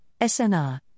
SNR